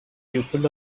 pupil